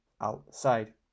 outside